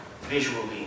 visually